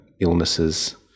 illnesses